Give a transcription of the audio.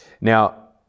Now